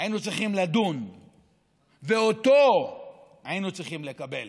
היינו צריכים לדון ואותו היינו צריכים לקבל.